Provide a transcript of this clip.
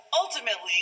ultimately